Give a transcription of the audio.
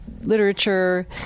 literature